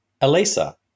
Elisa